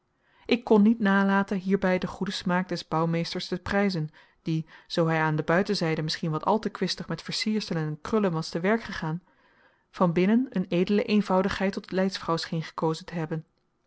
ik kon niet nalaten hierbij den goeden smaak des bouwmeesters te prijzen die zoo hij aan de buitenzijde misschien wat al te kwistig met versierselen en krullen was te werk gegaan van binnen een edele eenvoudigheid tot leidsvrouw scheen gekozen te hebben